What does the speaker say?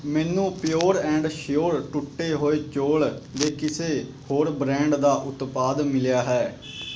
ਮੈਨੂੰ pure and sure ਟੁੱਟੇ ਹੋਏ ਚੌਲ ਦੇ ਕਿਸੇ ਹੋਰ ਬਰੈਂਡ ਦਾ ਉਤਪਾਦ ਮਿਲਿਆ ਹੈ